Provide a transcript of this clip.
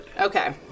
Okay